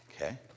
Okay